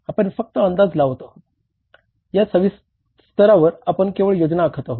आपण फक्त अंदाज लावत आहोत या स्तरावर आपण केवळ योजना आखत आहोत